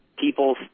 People